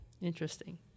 Interesting